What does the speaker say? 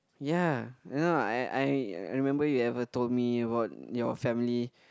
ya you know I I I remember you ever told me about your family